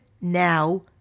now